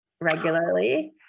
regularly